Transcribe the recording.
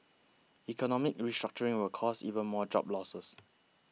economic restructuring will cause even more job losses